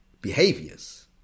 behaviors